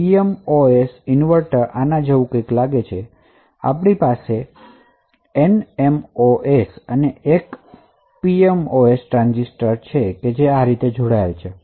CMOS inverter આના જેવું લાગે છેઆપણી પાસે NMOS અને PMOS ટ્રાંઝિસ્ટર જે આ રીતે જોડાયેલ છે